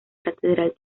catedral